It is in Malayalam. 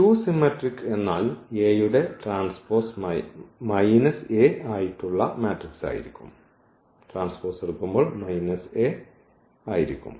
സ്ക്യൂ സിമെട്രിക് എന്നാൽ A യുടെ ട്രാൻസ്പോസ് മൈനസ് A ആയിട്ടുള്ള മാട്രിക്സ് ആയിരിക്കും